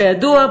כידוע,